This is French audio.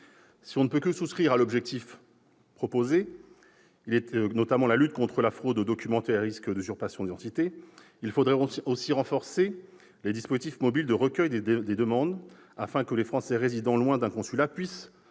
Si l'on ne peut que souscrire à l'objectif fixé, qui est de lutter contre la fraude documentaire et les risques d'usurpation d'identité, il faudrait aussi renforcer les dispositifs mobiles de recueil des demandes, afin que les Français résidant loin d'un consulat puissent